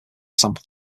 sample